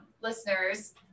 Listeners